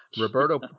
Roberto